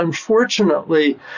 Unfortunately